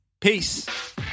Peace